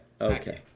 Okay